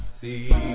see